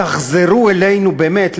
תחזרו אלינו באמת,